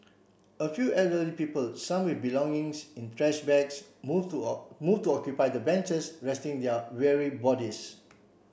a few elderly people some with belongings in trash bags move to move to occupy the benches resting their weary bodies